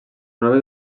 noves